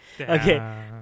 okay